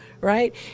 right